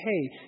hey